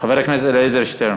חבר הכנסת אלעזר שטרן,